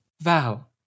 Val